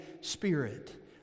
Spirit